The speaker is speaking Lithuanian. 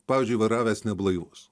pavyzdžiui vairavęs neblaivus